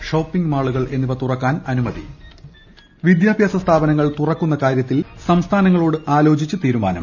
shopping മാളുകൾ എന്നിവു തുറക്കാൻ അനുമതി വിദ്യാഭ്യാസ സ്ഥാപനങ്ങൾ തുറക്കുന്ന് കാര്യത്തിൽ സംസ്ഥാനങ്ങളോട് ആലോചിച്ച് തീരുമാനം